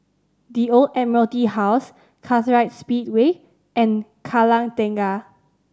The Old Admiralty House Kartright Speedway and Kallang Tengah